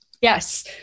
Yes